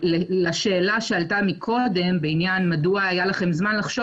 לשאלה שעלתה קודם בעניין מדוע היה לכם זמן לחשוב